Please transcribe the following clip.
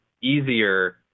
easier